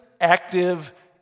active